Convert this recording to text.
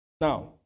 Now